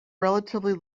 relatively